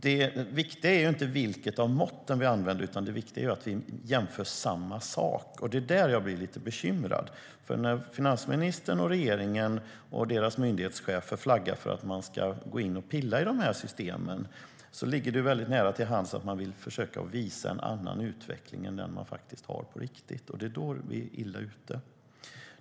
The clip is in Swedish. Det viktiga är inte vilket av måtten som vi använder, utan det är att det visar samma sak. Det är där jag blir lite bekymrad. När finansministern, regeringen och deras myndighetschefer flaggar för att man ska gå in och pilla i systemen ligger det väldigt nära till hands att man vill visa en annan utveckling än den som man har på riktigt. Det är då man är illa ute.